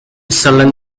sullen